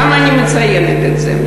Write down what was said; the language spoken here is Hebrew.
למה אני מציינת את זה?